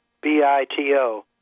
B-I-T-O